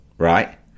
Right